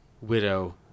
widow